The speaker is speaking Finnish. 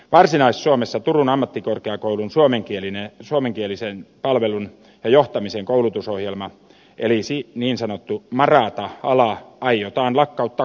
varsinais suomessa turun ammattikorkeakoulun suomenkielisen palvelun ja johtamisen koulutusohjelma eli niin sanottu marata ala aiotaan lakkauttaa kokonaan